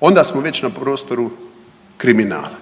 Onda smo već na prostoru kriminala.